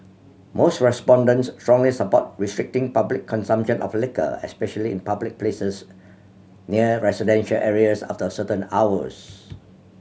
most respondents strongly support restricting public consumption of liquor especially in public places near residential areas after certain hours